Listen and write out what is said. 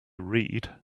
read